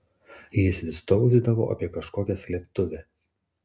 jis vis tauzydavo apie kažkokią slėptuvę